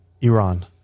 Iran